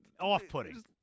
Off-putting